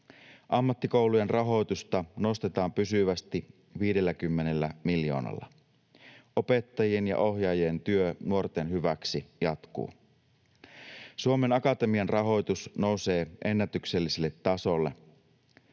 Ammattikoulujen rahoitusta nostetaan pysyvästi 50 miljoonalla: opettajien ja ohjaajien työ nuorten hyväksi jatkuu. Suomen Akatemian rahoitus nousee ennätykselliselle tasolle.